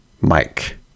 mike